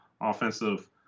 offensive